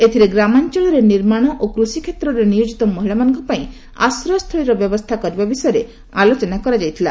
ଏଥିରେ ଗ୍ରାମାଞ୍ଚଳରେ ନିର୍ମାଣ ଓ କୃଷି କ୍ଷେତ୍ରରେ ନିୟୋକ୍ତିତ ମହିଳାମାନଙ୍କ ପାଇଁ ଆଶ୍ରୟସ୍ଥଳୀର ବ୍ୟବସ୍ଥା କରିବା ବିଷୟରେ ଆଲୋଚନା କରାଯାଇଥିଲା